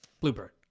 Bluebird